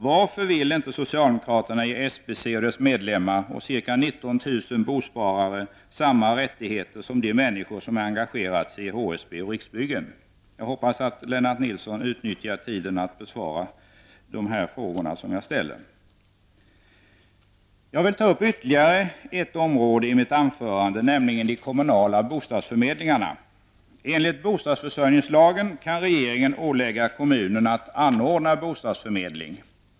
Varför vill inte socialdemokraterna ge SBC och dess medlemmar och ca 19 000 bosparare samma rättigheter som de människor som engagerat sig i HSB och Riksbyggen? Jag hoppas att Lennart Nilsson utnyttjar tillfället att besvara mina frågor. Jag vill ta upp ytterligare ett område i mitt anförande, nämligen de kommunala bostadsförmedlingarna. Enligt bostadsförsörjningslagen kan regeringen ålägga kommun att anordna bostadsförmedlingen.